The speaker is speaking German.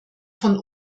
von